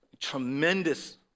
tremendous